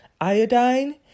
iodine